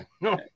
No